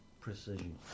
precision